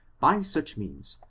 by such means,